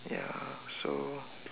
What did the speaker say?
ya so